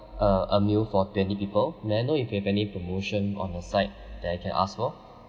uh a meal for twenty people may I know if you have any promotion on your side that I can ask for